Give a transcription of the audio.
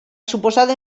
suposada